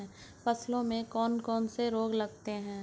फसलों में कौन कौन से रोग लगते हैं?